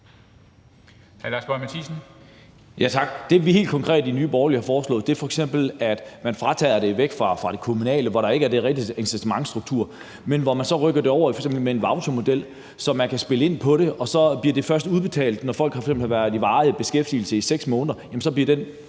helt konkret har foreslået, er f.eks., at man tager det væk fra det kommunale, hvor der ikke er den rigtige incitamentsstruktur, og så rykker det over i f.eks. en vouchermodel, så man kan spille ind på det, og så bliver det først udbetalt, når folk f.eks. har været i varig beskæftigelse i 6 måneder, altså så bliver den